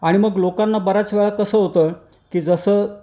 आणि मग लोकांना बऱ्याच वेळा कसं होतं की जसं